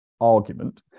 argument